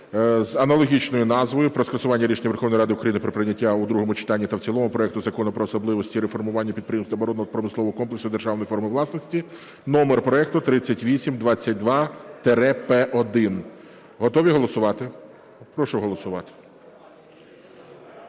з аналогічною назвою – про скасування рішення Верховної Ради України про прийняття у другому читанні та в цілому проекту Закону "Про особливості реформування підприємств оборонно-промислового комплексу державної форми власності" (номер проекту 3822-П1). Готові голосувати? Прошу голосувати.